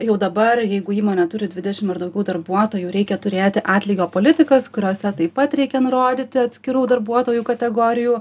jau dabar jeigu įmonė turi dvidešim ar daugiau darbuotojų reikia turėti atlygio politikas kuriose taip pat reikia nurodyti atskirų darbuotojų kategorijų